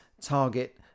target